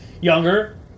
younger